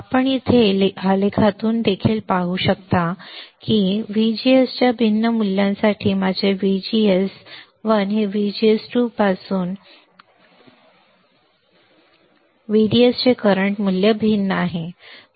आपण येथे आलेखातून देखील पाहू शकता की व्हीजीएसच्या भिन्न मूल्यासाठी माझे व्हीजीएस व्हीजीएस 2 पासून या व्हीडीएसचे करंट मूल्य भिन्न आहे